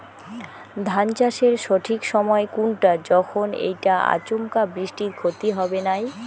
ধান চাষের সঠিক সময় কুনটা যখন এইটা আচমকা বৃষ্টিত ক্ষতি হবে নাই?